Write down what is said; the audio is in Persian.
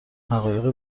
حقایق